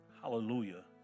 Hallelujah